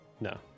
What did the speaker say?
No